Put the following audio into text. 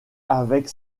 avec